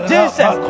Jesus